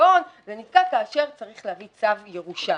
ההון זה נתקע כאשר צריך להביא צו ירושה.